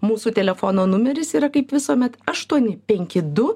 mūsų telefono numeris yra kaip visuomet aštuoni penki du